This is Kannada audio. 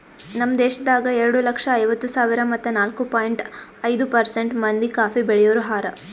ನಮ್ ದೇಶದಾಗ್ ಎರಡು ಲಕ್ಷ ಐವತ್ತು ಸಾವಿರ ಮತ್ತ ನಾಲ್ಕು ಪಾಯಿಂಟ್ ಐದು ಪರ್ಸೆಂಟ್ ಮಂದಿ ಕಾಫಿ ಬೆಳಿಯೋರು ಹಾರ